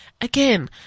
Again